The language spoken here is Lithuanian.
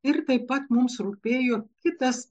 ir taip pat mums rūpėjo kitas